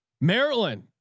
Maryland